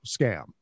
scam